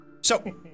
So-